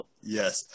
Yes